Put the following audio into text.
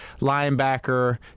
linebacker